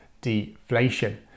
deflation